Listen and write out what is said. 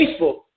Facebook